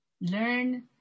Learn